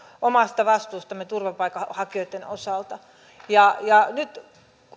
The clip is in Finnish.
omasta vastuustamme turvapaikanhakijoitten osalta ja ja nyt